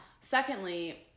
Secondly